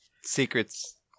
Secrets